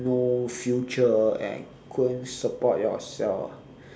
no future and wouldn't support yourself